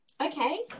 Okay